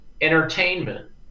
entertainment